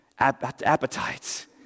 Appetites